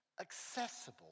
accessible